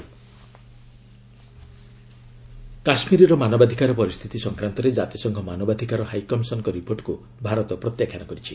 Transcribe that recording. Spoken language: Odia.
ଇଣ୍ଡିଆ ୟୁଏନ୍ ରିପୋର୍ଟ କାଶ୍ମୀରର ମାନବାଧିକାର ପରିସ୍ଥିତି ସଂକ୍ରାନ୍ତରେ କାତିସଂଘ ମାନବାଧିକାର ହାଇକମିଶନଙ୍କ ରିପୋର୍ଟକୁ ଭାରତ ପ୍ରତ୍ୟାଖ୍ୟାନ କରିଛି